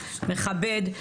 מכבד,